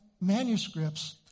manuscripts